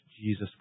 Jesus